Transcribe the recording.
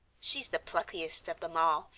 she's the pluckiest of em all,